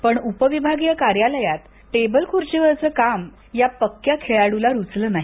पण उपविभागीय कार्यालयात टेबल खुर्चीवरचं काम काही या खेळाडू ला रुचलं नाही